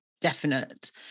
definite